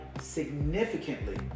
significantly